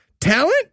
Talent